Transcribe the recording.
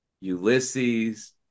Ulysses